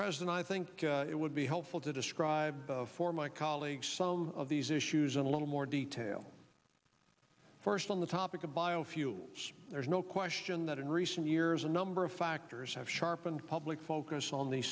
present i think it would be helpful to describe of for my colleagues some of these issues in a little more detail first on the topic of bio fuel there's no question that in recent years a number of factors have sharpened public focus on the